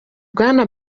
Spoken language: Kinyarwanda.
bwana